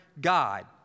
God